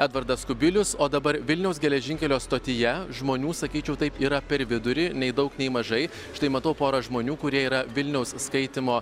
edvardas kubilius o dabar vilniaus geležinkelio stotyje žmonių sakyčiau taip yra per vidurį nei daug nei mažai štai matau porą žmonių kurie yra vilniaus skaitymo